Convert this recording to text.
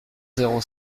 zéro